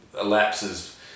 elapses